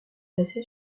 placé